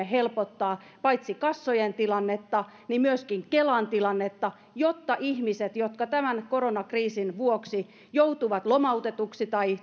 helpottaa paitsi kassojen tilannetta myöskin kelan tilannetta jotta ihmiset jotka tämän koronakriisin vuoksi joutuvat lomautetuiksi tai